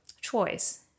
choice